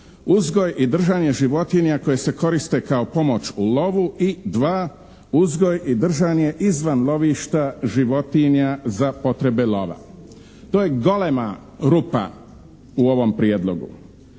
uzgoj i držanje životinja koje se koriste kao pomoć u lovu i 2) uzgoj i držanje izvan lovišta životinja za potrebe lova." To je golema rupa u ovom prijedlogu.